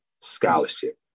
scholarship